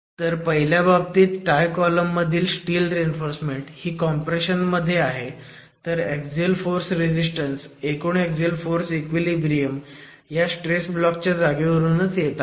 तर पहिल्या बाबतीत टाय कॉलम मधील स्टील रीइन्फोर्समेंट ही कॉम्प्रेशन मध्ये आहे तर ऍक्सिअल फोर्स रेझीस्टन्स एकूण ऍक्सिअल फोर्स इक्विलिब्रियम ह्या स्ट्रेस ब्लॉक च्या जागेवरूनच येत आहे